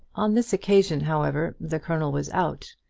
on this occasion, however, the colonel was out,